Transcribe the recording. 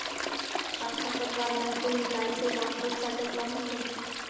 का खरपतवार मन के निंदाई से वाष्पोत्सर्जन कम होथे?